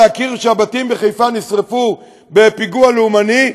להכיר שהבתים בחיפה נשרפו בפיגוע לאומני,